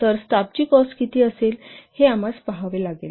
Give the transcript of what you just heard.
तर स्टाफची कॉस्ट किती असेल हे आम्हास पहावे लागेल